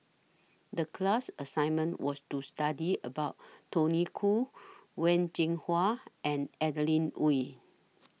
The class assignment was to study about Tony Khoo Wen Jinhua and Adeline Ooi